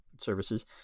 services